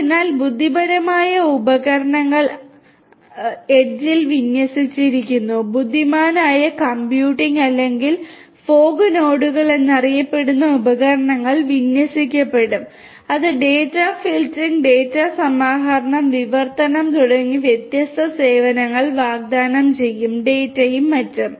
അതിനാൽ ബുദ്ധിപരമായ ഉപകരണങ്ങൾ അരികിൽ വിന്യസിച്ചിരിക്കുന്നു ബുദ്ധിമാനായ കമ്പ്യൂട്ടിംഗ് അല്ലെങ്കിൽ മൂടൽമഞ്ഞ് നോഡുകൾ എന്നറിയപ്പെടുന്ന ഉപകരണങ്ങൾ വിന്യസിക്കപ്പെടും അത് ഡാറ്റ ഫിൽട്ടറിംഗ് ഡാറ്റ സമാഹരണം വിവർത്തനം തുടങ്ങിയ വ്യത്യസ്ത സേവനങ്ങൾ വാഗ്ദാനം ചെയ്യും ഡാറ്റയും മറ്റും